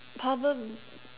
probab~